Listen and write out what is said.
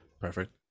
perfect